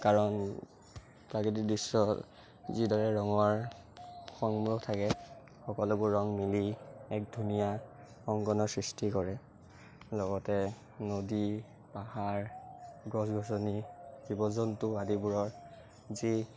কাৰণ প্ৰাকৃতিক দৃশ্যৰ যিদৰে ৰঙৰ থাকে সকলোবোৰ ৰং মিলি এক ধুনীয়া অংকনৰ সৃষ্টি কৰে লগতে নদী পাহাৰ গছ গছনি জীৱ জন্তু আদিবোৰৰ যি